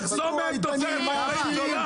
לחסום להם תוצרת יותר זולה?